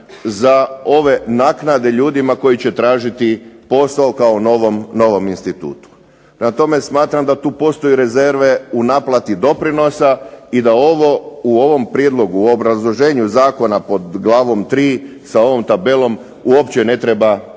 za ove naknade ljudima koji će tražiti posao kao novom institutu. Prema tome, smatram da tu postoje rezerve u naplati doprinosa i da ovo u ovom prijedlogu, u obrazloženju zakona pod glavom 3. sa ovom tabelom uopće ne treba povezivati